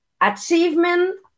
achievement